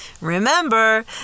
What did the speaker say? Remember